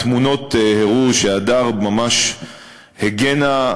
התמונות הראו שהדר ממש הגנה,